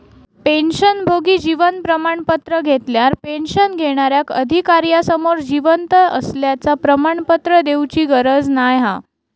पेंशनभोगी जीवन प्रमाण पत्र घेतल्यार पेंशन घेणार्याक अधिकार्यासमोर जिवंत असल्याचा प्रमाणपत्र देउची गरज नाय हा